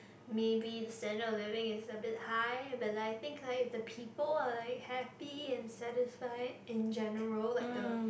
maybe standard of living is a bit high but I think like the people are like happy and satisfied in general like the